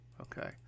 Okay